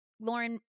Lauren